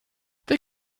they